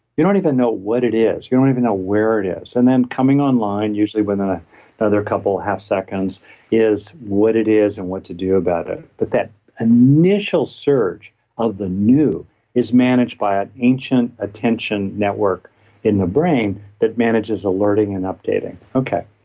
you don't even know what it is, you don't even know where it is and then coming online, usually when the other couple of half seconds is what it is and what to do about it. but that initial surge of the new is managed by an ancient attention network in the brain that manages alerting and updating okay.